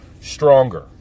stronger